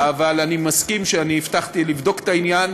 אבל אני מסכים שהבטחתי לבדוק את העניין